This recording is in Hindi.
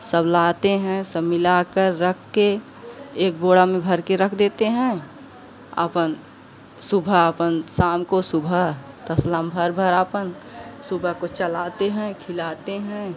सब लाते हैं सब मिलाकर रखके एक बोरा में भरके रख देते हैं आपन सुबह आपन साम को सुबह तसला में भरभर आपन सुबह को चलाते हैं खिलाते हैं